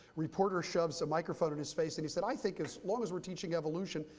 reporter shoves a microphone in his face, and he said, i think as long as we're teaching evolution,